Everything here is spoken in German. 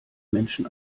menschen